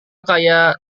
kaya